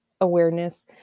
awareness